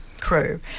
crew